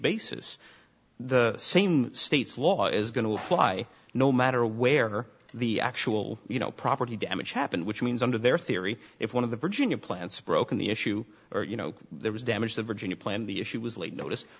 basis the same state's law is going to apply no matter where the actual you know property damage happened which means under their theory if one of the virginia plants broken the issue or you know there was a damage the virginia plan the issue was late notice